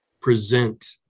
present